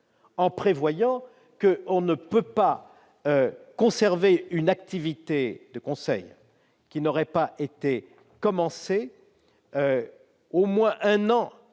en prévoyant que l'on ne peut conserver une activité de conseil qui n'aurait pas été commencée au moins un an